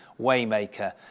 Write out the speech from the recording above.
Waymaker